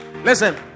listen